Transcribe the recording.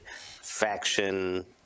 faction